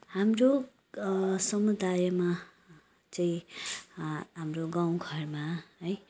हाम्रो समुदायमा चाहिँ हाम्रो गाउँघरमा है